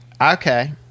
Okay